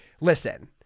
listen